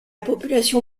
population